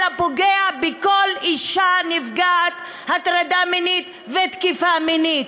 אלא פוגע בכל אישה נפגעת הטרדה מינית ותקיפה מינית.